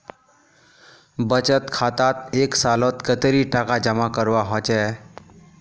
बचत खातात एक सालोत कतेरी टका जमा करवा होचए?